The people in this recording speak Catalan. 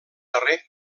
darrer